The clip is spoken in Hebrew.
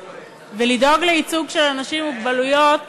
ולדאוג לייצוג של אנשים עם מוגבלויות